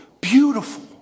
beautiful